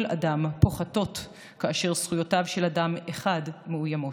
אדם פוחתות כאשר זכויותיו של אדם אחר מאוימות.